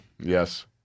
yes